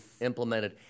implemented